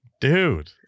dude